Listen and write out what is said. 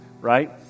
right